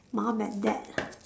mum and dad